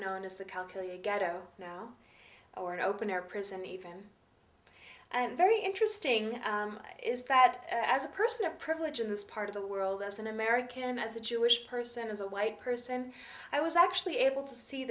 known as the calculated ghetto now or an open air prison even and very interesting is that as a person of privilege in this part of the world as an american as a jewish person as a white person i was actually able to see